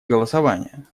голосования